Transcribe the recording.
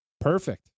Perfect